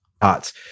parts